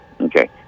Okay